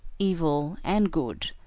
evil and good,